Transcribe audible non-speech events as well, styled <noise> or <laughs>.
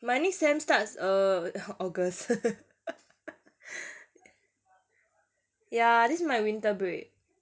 my next sem starts err august <laughs> ya this is my winter break